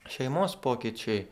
šeimos pokyčiai